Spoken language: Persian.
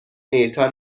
اعطا